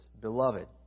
Beloved